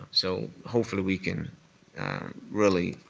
ah so hopefully we can really